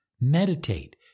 Meditate